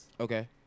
Okay